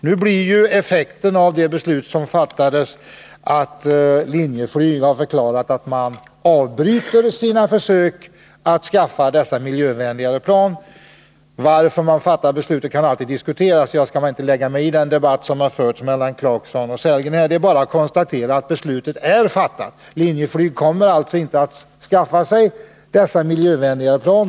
Nu har effekten av det beslut som fattades blivit att Linjeflyg har förklarat att man avbryter sina försök att skaffa sig miljövänligare plan. Varför Linjeflyg fattat detta beslut kan alltid diskuteras, men jag skall inte lägga mig i den debatt som förts mellan Rolf Clarkson och Rolf Sellgren. Det är bara att konstatera att beslutet är fattat — Linjeflyg kommer inte att skaffa sig dessa miljövänligare plan.